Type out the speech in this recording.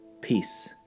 Peace